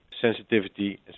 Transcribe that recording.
sensitivity